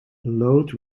load